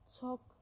Top